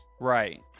Right